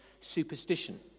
superstition